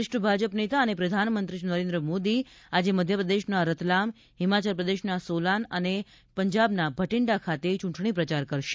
વરિષ્ઠ ભાજપ નેતા અને પ્રધાનમંત્રી શ્રી નરેન્દ્ર મોદી આજે મધ્યપ્રદેશના રતલામ હિમાચલપ્રદેશના સોલાન અને પંજાબના ભટીન્ડા ખાતે ચ્રંટણી પ્રચાર કરશે